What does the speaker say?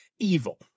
evil